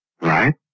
Right